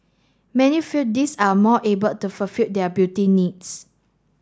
many feel these are more able to fulfil their beauty needs